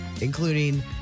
including